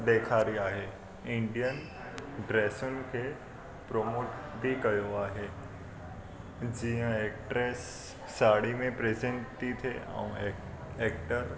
ॾेखारी आहे इंडियन ड्रैसुनि खे प्रोमोट बि कयो आहे जीअं एक्टरेस साड़ी में प्रज़ैंट थी थिए ऐं ए एक्टर